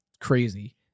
crazy